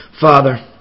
Father